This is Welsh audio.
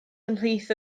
ymhlith